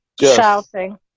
shouting